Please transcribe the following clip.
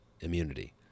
immunity